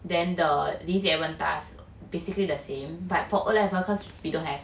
then the 理解问答 basically the same but for O level cause we don't have